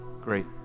great